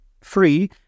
free